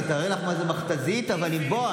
אבל תארי לך מה זה מכת"זית עם בואש,